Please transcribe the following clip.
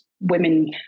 women